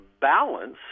balance